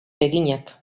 eginak